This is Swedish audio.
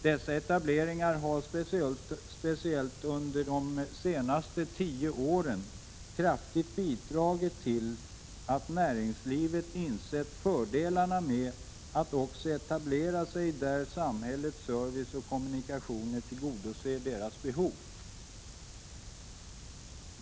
Dessa etableringar har speciellt under de senaste tio åren kraftigt bidragit till att näringslivet insett fördelarna med att också etablera sig där samhällets service och kommunikationer tillgodoser deras behov.